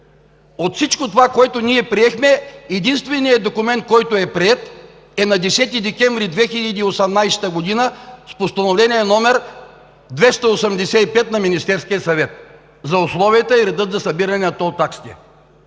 От всичко това, което ние приехме, единственият приет документ е на 10 декември 2018 г. с Постановление № 285 на Министерския съвет за условията и реда за събиране на тол таксите.